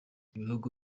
ibihugu